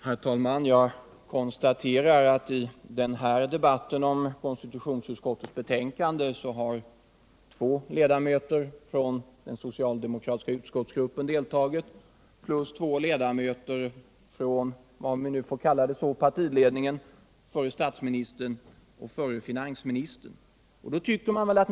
Herr talman! Jag konstaterar att i denna debatt om konstitutionsutskottets betänkande har deltagit två ledamöter av den socialdemokratiska utskottsgruppen jämte två ledamöter av, om jag nu får kalla det så, den socialdemokratiska partiledningen, nämligen förre statsministern och förre finansministern.